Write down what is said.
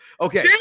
Okay